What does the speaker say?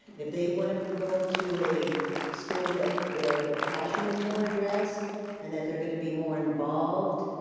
if they wanna go to a school that, where their passion is more addressed and that they're gonna be more involved,